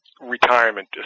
Retirement